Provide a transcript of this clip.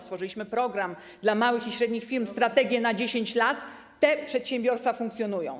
stworzyliśmy program dla małych i średnich firm, strategie na 10 lat, dzięki temu te przedsiębiorstwa funkcjonują.